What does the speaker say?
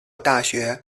大学